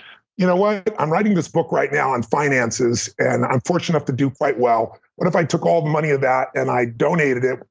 you know what, i'm writing this book right now on finances, and i'm fortunate enough to do quite well. what if i took all the money of that, and i donated it?